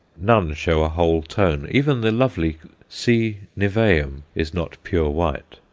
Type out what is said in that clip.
none show a whole tone even the lovely c. niveum is not pure white.